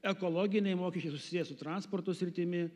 ekologiniai mokesčiai susiję su transporto sritimi